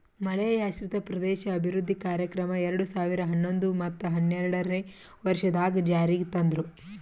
ಮಳೆಯಾಶ್ರಿತ ಪ್ರದೇಶ ಅಭಿವೃದ್ಧಿ ಕಾರ್ಯಕ್ರಮ ಎರಡು ಸಾವಿರ ಹನ್ನೊಂದು ಮತ್ತ ಹನ್ನೆರಡನೇ ವರ್ಷದಾಗ್ ಜಾರಿಗ್ ತಂದ್ರು